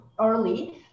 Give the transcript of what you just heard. early